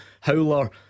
Howler